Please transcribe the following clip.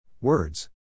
Words